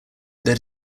that